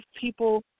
people